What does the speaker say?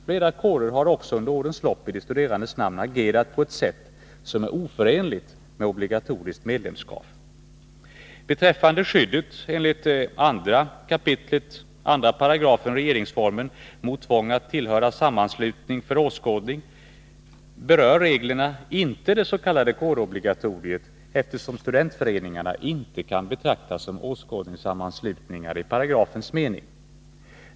Flera kårer har också under årens lopp i de studerandes namn agerat på ett sätt som är oförenligt med obligatoriskt medlemskap. Skyddet enligt 2 kap. 2§ regeringsformen mot tvång att tillhöra sammanslutning för åskådning berör inte det s.k. kårobligatoriet, eftersom studentföreningarna inte kan betraktas som åskådningssammanslutningar i paragrafens mening.